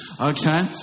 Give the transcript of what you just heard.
Okay